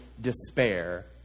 Despair